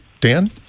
Dan